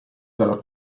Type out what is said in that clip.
dalla